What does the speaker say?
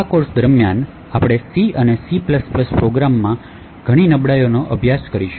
આ કોર્સ દરમિયાન આપણે C અને C પ્રોગ્રામ્સમાં ઘણી નબળાઈઓનો અભ્યાસ કરીશું